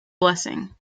blessing